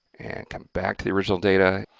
and come back to the original data.